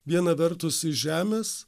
viena vertus iš žemės